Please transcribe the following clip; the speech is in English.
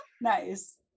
nice